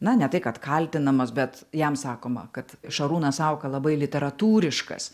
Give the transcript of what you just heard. na ne tai kad kaltinamas bet jam sakoma kad šarūnas sauka labai literatūriškas